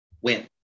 Win